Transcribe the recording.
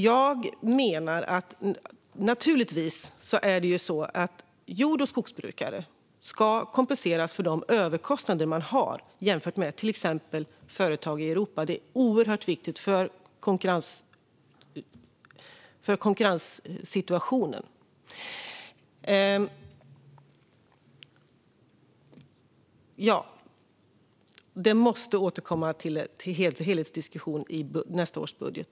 Jag menar att jord och skogsbrukare naturligtvis ska kompenseras för de överkostnader de har jämfört med till exempel företag i övriga Europa. Det är oerhört viktigt för konkurrenssituationen. Det här måste få återkomma i en helhetsdiskussion inför nästa års budget.